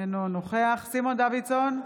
אינו נוכח סימון דוידסון,